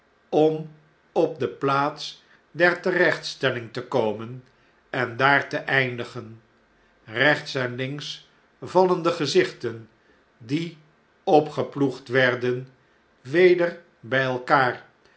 om op de plaats der terechtstelling te komen en daar te eindigen eechts en links vallen de gezichten die opgeploegd werden weder by elkaar